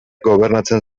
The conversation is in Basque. gobernatzen